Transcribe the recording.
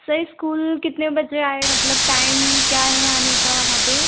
sir school कितने बजे आए मतलब टाइम क्या है आने का वहाँ पर